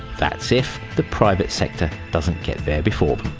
that's if the private sector doesn't get there before